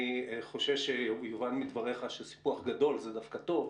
אני חושש שיובן מדבריך שסיפוח גדול זה דווקא טוב.